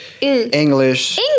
English